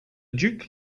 duke